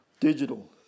digital